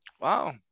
Wow